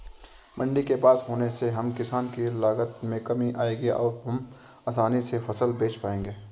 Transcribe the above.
मंडी के पास होने से हम किसान की लागत में कमी आएगी और हम आसानी से फसल बेच पाएंगे